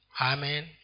Amen